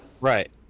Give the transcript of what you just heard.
right